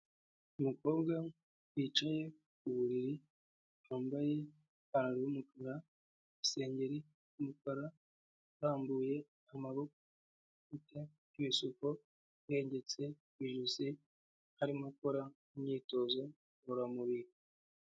Umukobwa wicaye ku buriri wambaye ipantaro y'umukara isengeri y'umukara arambuye amaboko ku rukuta n'ibisuko yihengetse ijosi arimo akora imyitozo ngororamubiri.